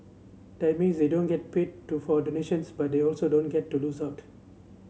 that means they don't get paid to for the nations but they also don't get to lose out